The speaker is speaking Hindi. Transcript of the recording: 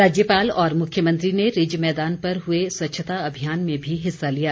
राज्यपाल और मुख्यमंत्री ने रिज मैदान पर हुए स्वच्छता अभियान में भी हिस्सा लिया